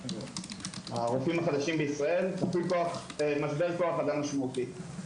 הרופאים החדשים בישראל צפוי משבר כוח אדם משמעותי.